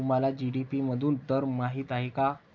तुम्हाला जी.डी.पी मधून दर माहित आहे का?